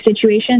situation